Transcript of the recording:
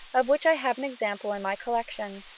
of which i have an example in my collection.